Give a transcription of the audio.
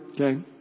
Okay